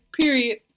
period